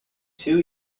two